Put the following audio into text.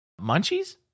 munchies